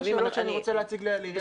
אלה שאלות שאני רוצה להציג לעיריית ירושלים.